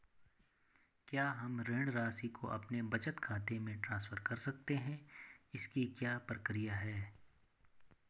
क्या हम ऋण राशि को अपने बचत खाते में ट्रांसफर कर सकते हैं इसकी क्या प्रक्रिया है?